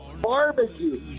barbecue